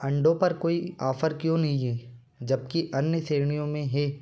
अंडों पर कोई ऑफर क्यों नहीं है जबकि अन्य श्रेणियों में है